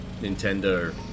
Nintendo